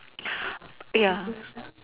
ya